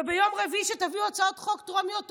וביום רביעי, כשתביאו הצעות חוק טרומיות טובות,